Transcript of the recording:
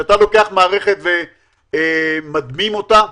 שכאשר אתה לוקח מערכת ומדמים אותה,